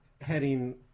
heading